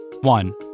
one